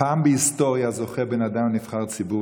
פעם בהיסטוריה זוכה בן אדם נבחר ציבור